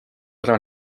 ära